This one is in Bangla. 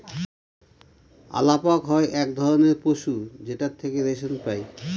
আলাপক হয় এক ধরনের পশু যেটার থেকে রেশম পাই